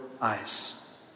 eyes